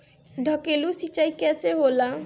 ढकेलु सिंचाई कैसे होला?